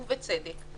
ובצדק.